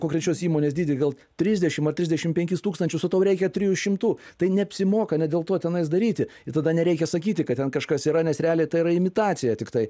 konkrečios įmonės dydį gal trisdešim ar trisdešim penkis tūkstančius o tau reikia trijų šimtų tai neapsimoka ne dėl to tenais daryti ir tada nereikia sakyti kad ten kažkas yra nes realiai tai yra imitacija tiktai